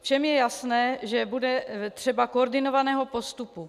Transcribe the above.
Všem je jasné, že bude třeba koordinovaného postupu.